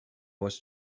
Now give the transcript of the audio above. was